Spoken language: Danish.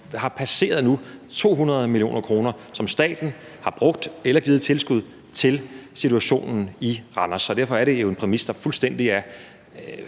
nu passeret 200 mio. kr., som staten har brugt eller givet i tilskud til situationen i Randers. Derfor er det jo en præmis, der er fuldstændig